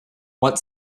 want